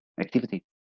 activity